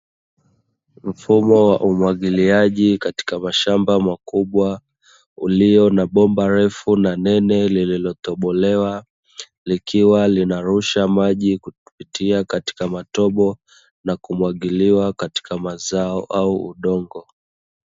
Mfumo wa umwagiliaji katika mashamba makubwa ulio na bomba refu na nene lililotoblewa, likiwa linarusha maji kupitia katika matobo na kumwagiliwa katika mazao au udongo.